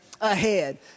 ahead